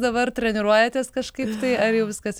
dabar treniruojatės kažkaip tai ar jau viskas